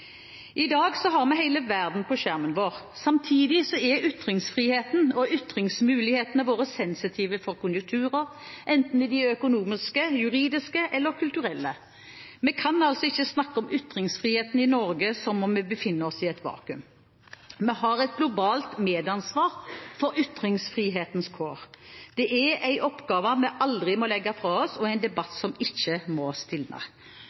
I dag har vi hele verden på skjermen vår. Samtidig er ytringsfriheten og ytringsmulighetene våre sensitive for konjunkturer, enten de er økonomiske, juridiske eller kulturelle. Vi kan altså ikke snakke om ytringsfriheten i Norge som om vi befinner oss i et vakuum. Vi har et globalt medansvar for ytringsfrihetens kår. Det er en oppgave vi aldri må legge fra oss, og en debatt som ikke må